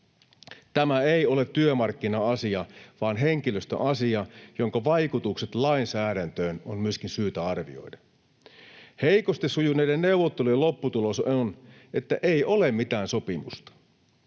Tämä ei ole työmarkkina-asia vaan henkilöstöasia, jonka vaikutukset lainsäädäntöön on myöskin syytä arvioida. Heikosti sujuneiden neuvottelujen lopputulos on, että ei ole mitään sopimusta